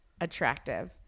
attractive